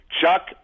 Chuck